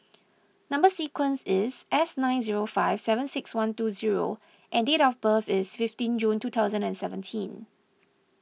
Number Sequence is S nine zero five seven six one two zero and date of birth is fifteen June two thousand and seventeen